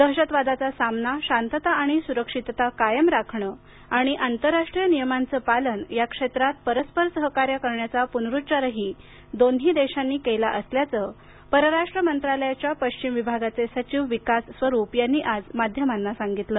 दहशतवादाचा सामना शांतता आणि सुरक्षितता कायम राखणं आणि आंतरराष्ट्रीय नियमांचे पालन या क्षेत्रात परस्पर सहकार्य करण्याचा पुनरुच्चार दोन्ही देशांनी केला असल्याचं पराराष्ट्र मंत्रालयाच्या पश्चिम विभागाचे सचिव विकास स्वरूप यांनी माध्यमांना सांगितलं